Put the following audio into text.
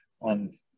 on